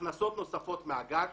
הכנסות נוספות מהגג.